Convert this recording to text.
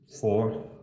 four